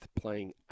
playing